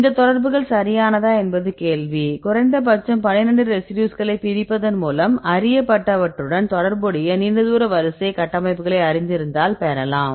இந்த தொடர்புகள் சரியானதா என்பது கேள்வி குறைந்த பட்சம் பன்னிரண்டு ரெசிடியூஸ்களை பிரிப்பதன் மூலம் அறியப்பட்டவற்றுடன் தொடர்புடைய நீண்ட தூர வரிசை கட்டமைப்புகளை அறிந்திருந்தால் பெறலாம்